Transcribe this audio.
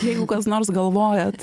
jeigu kas nors galvojat